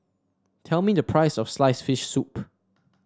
tell me the price of sliced fish soup